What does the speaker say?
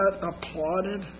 applauded